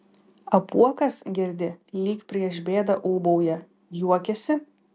apuokas girdi lyg prieš bėdą ūbauja juokiasi